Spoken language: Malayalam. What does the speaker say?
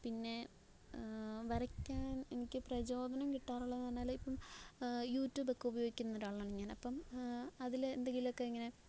പിന്നെ വരയ്ക്കാന് എനിക്ക് പ്രചോദനം കിട്ടാറുള്ളതെന്ന് പറഞ്ഞാല് ഇപ്പോള് യു ട്യൂബൊക്കെ ഉപയോഗിക്കുന്ന ഒരാളാണ് ഞാന് അപ്പോള് അതില് എന്തെങ്കിലൊക്കെ ഇങ്ങനെ